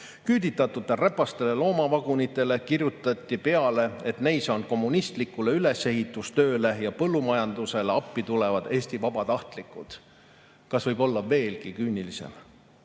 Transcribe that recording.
Küüditatute räpastele loomavagunitele kirjutati peale, et neis on kommunistlikule ülesehitustööle ja põllumajandusele appi tulevad Eesti vabatahtlikud. Kas võib olla veelgi küünilisem?